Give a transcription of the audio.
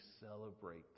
celebrate